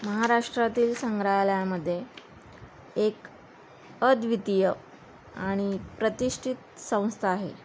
महाराष्ट्रातील संग्रहालयामध्ये एक अद्वितीय आणि प्रतिष्ठित संस्था आहे